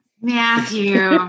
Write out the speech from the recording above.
Matthew